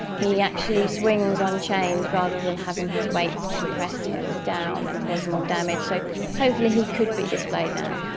he actually swings on chains rather than having his weight compress him down and cause more damage. so hopefully he could be displayed now.